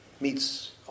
meets